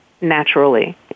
naturally